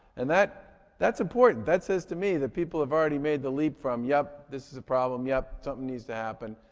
and that's important. that says to me that people have already made the leap from, yup, this is a problem, yup, something needs to happen.